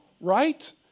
right